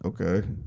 okay